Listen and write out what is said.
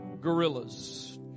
gorillas